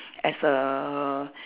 as the